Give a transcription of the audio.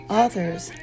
authors